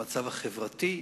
המצב החברתי,